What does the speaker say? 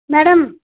madam